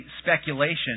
speculation